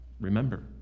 Remember